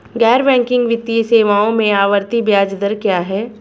गैर बैंकिंग वित्तीय सेवाओं में आवर्ती ब्याज दर क्या है?